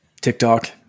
tiktok